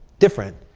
different.